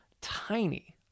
tiny